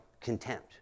contempt